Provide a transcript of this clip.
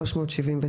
379,